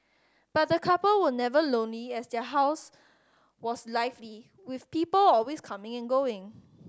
but the couple were never lonely as their house was lively with people always coming and going